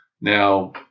Now